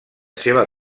seva